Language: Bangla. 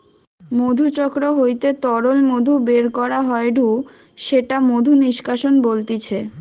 মধুচক্র হইতে তরল মধু বের করা হয়ঢু সেটা মধু নিষ্কাশন বলতিছে